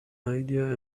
idea